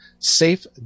safe